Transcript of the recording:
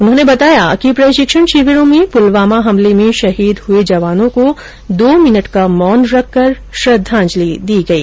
उन्होंने बताया कि प्रशिक्षण शिविरों में पुलवामा हमले में शहीद हुए जवानों को दो मिनट का मौन रखकर श्रद्धांजलि दी गई